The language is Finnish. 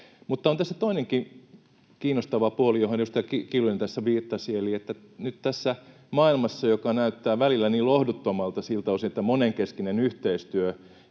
On tässä toinenkin kiinnostava puoli, johon edustaja Kiljunen tässä viittasi, eli se, että nyt tässä maailmassa, joka näyttää välillä niin lohduttomalta siltä osin, että monenkeskinen yhteistyö